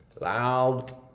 Loud